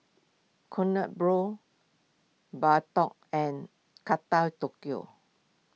Kronenbourg Bardot and Kata Tokyo